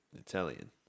Italian